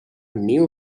new